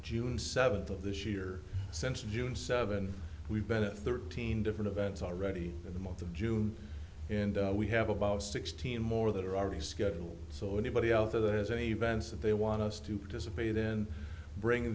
june seventh of this year since june seventh we've been at thirteen different events already in the month of june and we have about sixteen more that are already scheduled so anybody out there that has any events that they want us to participate in bring